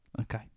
Okay